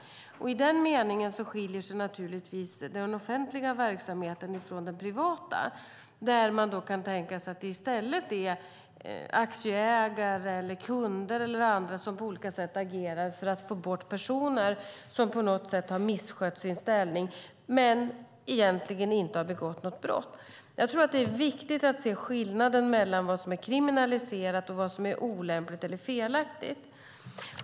I den meningen skiljer sig naturligtvis den offentliga verksamheten från den privata, där man kan tänka sig att det i stället är aktieägare, kunder eller andra som på olika sätt agerar för att få bort personer som på något sätt har misskött sin ställning men egentligen inte begått något brott. Jag tror att det är viktigt att se skillnaden mellan vad som är kriminaliserat och vad som är olämpligt eller felaktigt.